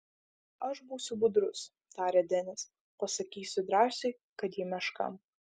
aš būsiu budrus tarė denis pasakysiu drąsiui kad ji meška